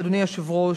אדוני היושב-ראש,